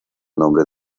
nombre